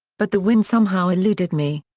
but the win somehow eluded me.